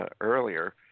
Earlier